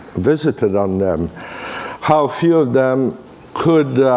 visited on them how few of them could